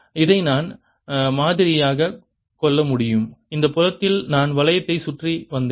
இதை நான் மாதிரியாகக் கொள்ள முடியும் இந்த புலத்தில் நான் வளையத்தை சுற்றி வந்தேன்